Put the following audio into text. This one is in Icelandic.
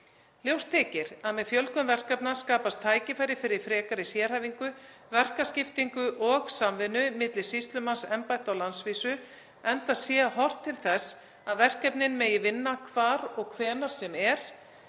Ljóst þykir að með fjölgun verkefna skapast tækifæri fyrir frekari sérhæfingu, verkaskiptingu og samvinnu milli sýslumannsembætta á landsvísu, enda sé horft til þess að verkefnin megi vinna hvar og hvenær sem er